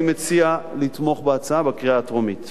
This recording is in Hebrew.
אני מציע לתמוך בהצעה בקריאה הטרומית.